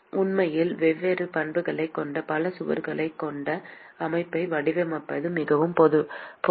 உண்மையில் வெவ்வேறு பண்புகளைக் கொண்ட பல சுவர்களைக் கொண்ட அமைப்பை வடிவமைப்பது மிகவும் பொதுவானது